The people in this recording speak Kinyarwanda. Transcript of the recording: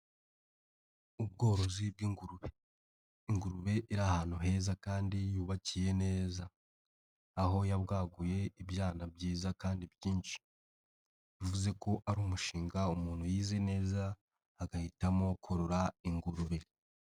Ubworozi bw'ingurube ingurube iri ahantu heza kandi yubakiye neza, aho yabwaguye ibyana byiza kandi byinshi bivuze ko ari umushinga umuntu yize neza agahitamo korora ingurube.